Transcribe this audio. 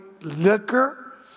liquor